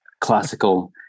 classical